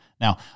Now